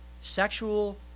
sexual